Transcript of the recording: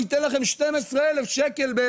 ניתן לכם 12,000 שקל.